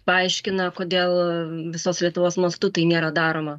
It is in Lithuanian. paaiškina kodėl visos lietuvos mastu tai nėra daroma